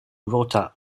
rota